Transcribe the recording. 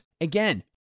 again